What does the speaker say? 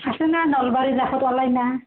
আছেনে নলবাৰী ৰাসত ওলাইনে